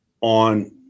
on